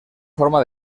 forma